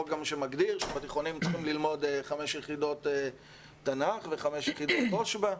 חוק שמגדיר שבתיכונים צריכים ללמוד חמש יחידות תנ"ך וחמש יחידות תושב"ע,